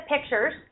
pictures